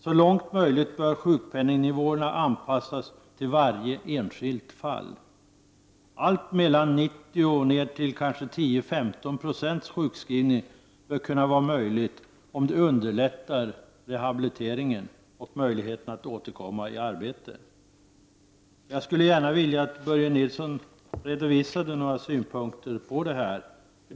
Så långt det är möjligt bör sjukpenningnivåerna anpassas till varje enskilt fall. En sjukskrivning på mellan 90 96 och ned till 10—15 96 bör kunna vara möjlig, om detta underlättar rehabiliteringen och återgången till arbetet. Jag skulle vilja att Börje Nilsson redovisade sina synpunkter på detta förslag.